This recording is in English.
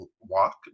walk